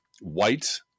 white